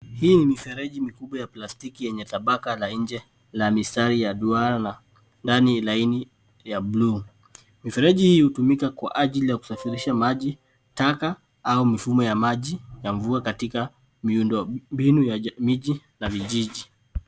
Hii ni mifereji mikubwa ya plastiki yenye tabaka la nje la mistari ya duara na ndani laini ya blue . Mifereji hii hutumika kwa ajili ya kusafirisha maji, taka, au mifumo ya maji ya mvua katika miundo mbinu ya miji na vijiji.